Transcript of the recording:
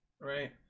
right